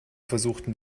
versuchten